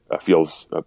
feels